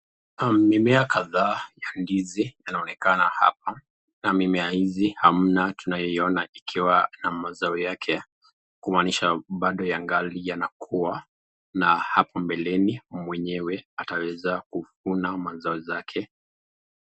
Mimea kadhaa ya ndizi inaonekana hapa, na mimea hizi hamna tunayoiona ikiwa na mazao yake, kumaanisha bado yangali yanakuwa na hapo mbeleni mwenyewe ataweza kuvuna mazao zake.